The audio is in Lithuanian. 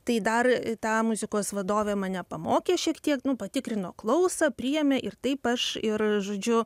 tai dar ta muzikos vadovė mane pamokė šiek tiek nu patikrino klausą priėmė ir taip aš ir žodžiu